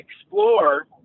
explore